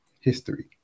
history